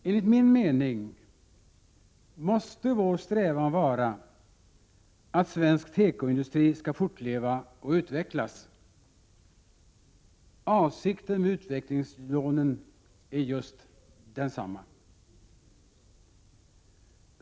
Enligt min mening måste vår strävan vara att svensk tekoindustri skall fortleva och utvecklas. Avsikten med utvecklingslånen är just denna.